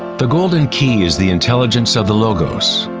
the golden key is the intelligence of the logos,